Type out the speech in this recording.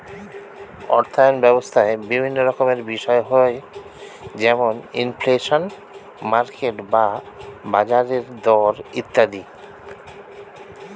অর্থায়ন ব্যবস্থায় বিভিন্ন রকমের বিষয় হয় যেমন ইনফ্লেশন, মার্কেট বা বাজারের দর ইত্যাদি